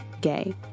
Gay